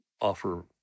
offer